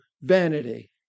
vanity